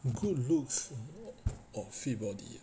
good looks or or fit body ah